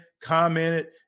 commented